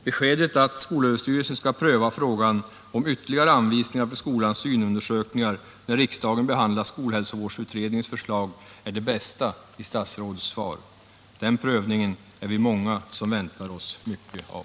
Beskedet att SÖ skall pröva frågan om ytterligare anvisningar för skolans synundersökningar när riksdagen behandlat skolhälsovårdsutredningens förslag är det bästa i statsrådets svar. Den prövningen är vi många som väntar oss mycket av.